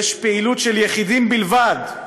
יש פעילות של יחידים בלבד,